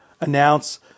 announce